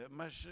mas